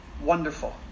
wonderful